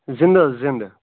زِنٛدٕ حظ زنٛدٕ